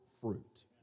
fruit